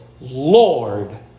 Lord